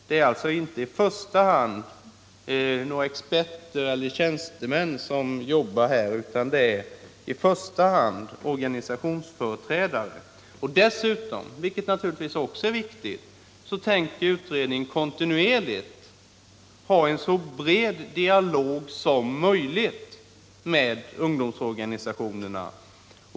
Det är alltså inte några experter eller tjänstemän som jobbar här, utan det är i första hand organisationsföreträdare. Dessutom — vilket naturligtvis också är viktigt — avser utredningen att kontinuerligt ha en så bred dialog som möjligt med ungdomsorganisationerna.